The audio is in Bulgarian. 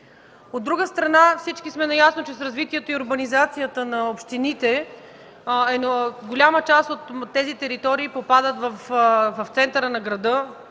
От друга страна, всички сме наясно, че с развитието и урбанизацията на общините голяма част от тези територии попадат в центъра на града